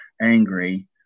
angry